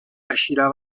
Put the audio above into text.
eixirà